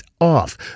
off